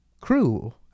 crew